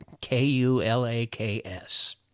K-U-L-A-K-S